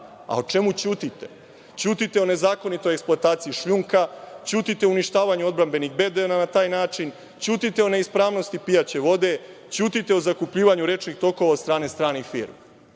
čemu ćutite? Ćutite o nezakonitoj eksploataciji šljunka. Ćutite o uništavanju odbrambenih bedema na taj način. Ćutite o neispravnosti pijaće vode. Ćutite o zakupljivanju rečnih tokova od strane stranih